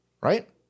Right